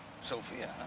Sophia